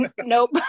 Nope